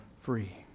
free